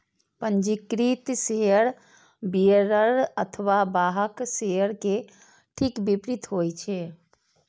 पंजीकृत share bearer अथवा वाहक शेयर के ठीक विपरीत होइ छै